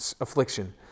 affliction